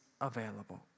available